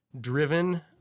driven